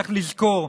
צריך לזכור,